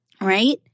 right